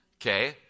Okay